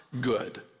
good